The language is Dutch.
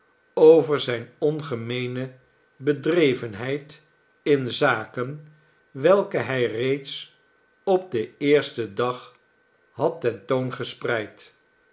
over zijne ongemeene bedrevenheid in zaken welke hij reeds op den eersten dag had ten toon gespreid